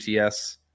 UTS